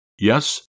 Yes